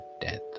death